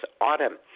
autumn